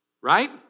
Right